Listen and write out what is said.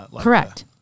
Correct